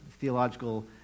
theological